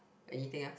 anything lah